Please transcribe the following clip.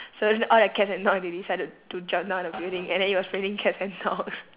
so all the cats and dogs they decided to jump down the building and then it was raining cats and dogs